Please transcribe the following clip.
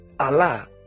Allah